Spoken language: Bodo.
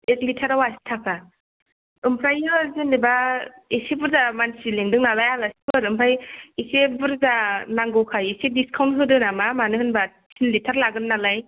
एक लिटाराव आसि ताका ओमफ्राय नो जेनेबा इसे बुरजा मानसि लेंदों नालाय आलासिफोर ओमफ्राय इसे बुरजा नांगौखाय इसे दिसकाउन्ट होदो नामा मानो होनबा तिन लिटार लागोन नालाय